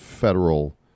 federal